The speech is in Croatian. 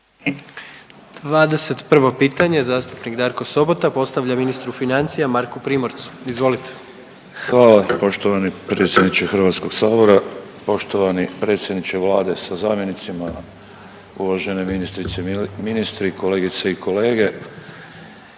21 pitanje zastupnik Darko Sobota postavlja ministru financija Marku Primorcu. Izvolite. **Sobota, Darko (HDZ)** Hvala poštovani predsjedničke Hrvatskog sabora. Poštovani predsjedniče vlade sa zamjenicima, uvažene ministrice i ministri, kolegice i kolege,